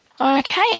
Okay